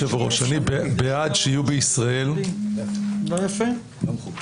לא יפה, לא מכובד.